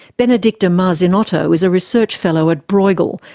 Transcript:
benedicta marzinotto is a research fellow at bruegel,